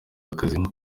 akazi